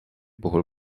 puhul